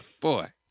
Boy